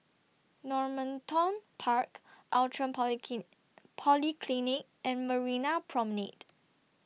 Normanton Park Outram Poly Polyclinic and Marina Promenade